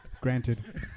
granted